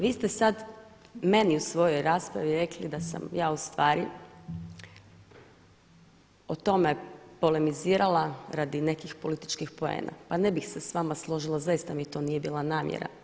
Vi ste sada meni u svojoj raspravi rekli da sam ja ustvari o tome polemizirala radi nekih političkih poena, pa ne bih se s vama složila zaista mi to nije bila namjera.